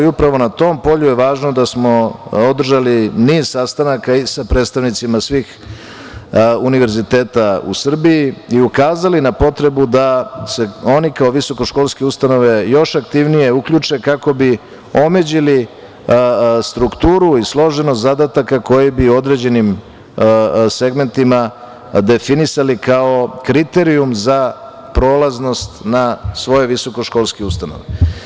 Upravo na tom polju je važno da smo održali niz sastanaka i sa predstavnicima svih univerziteta u Srbiji i ukazali na potrebu da se oni kao visokoškolske ustanove još aktivnije uključe kako bi omeđili strukturu i složenost zadataka koje bi određenim segmentima definisali kao kriterijum za prolaznost na svoje visokoškolske ustanove.